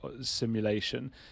simulation